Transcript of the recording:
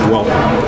Welcome